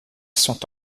sont